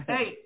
Hey